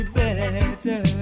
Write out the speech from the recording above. better